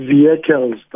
Vehicles